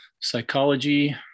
psychology